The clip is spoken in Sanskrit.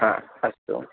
हा अस्तु